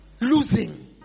losing